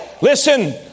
Listen